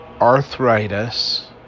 arthritis